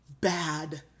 bad